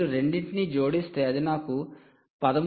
నేను రెండింటినీ జోడిస్తే అది నాకు 13